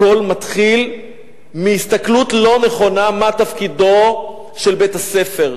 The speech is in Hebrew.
הכול מתחיל מהסתכלות לא נכונה מה תפקידו של בית-הספר,